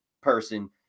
person